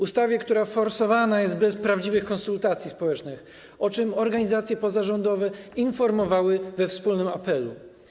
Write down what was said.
Ustawie, która forsowana jest bez prawdziwych konsultacji społecznych, o czym organizacje pozarządowe informowały we wspólnym apelu.